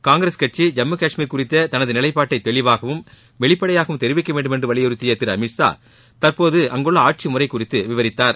காங்கிரஸ் கட்சி ஜம்மு கஷ்மீர் குறித்த தனது நிலைப்பாட்டை தெளிவாகவும் வெளிப்படையாகவும் தெரிவிக்க வேண்டும் என்று வலியுறுத்திய திரு அமித்ஷா தற்போது அங்குள்ள ஆட்சி முறை குறித்தும் விவரித்தார்